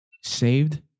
Saved